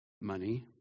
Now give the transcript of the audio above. Money